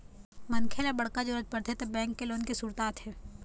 मनखे ल बड़का जरूरत परथे त बेंक के लोन के सुरता आथे